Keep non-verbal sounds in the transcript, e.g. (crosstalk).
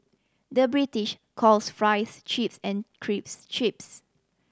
the British calls fries chips and (unintelligible) chips